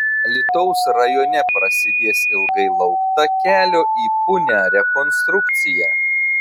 alytaus rajone prasidės ilgai laukta kelio į punią rekonstrukcija